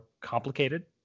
complicated